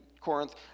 Corinth